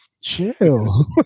chill